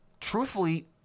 truthfully